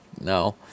no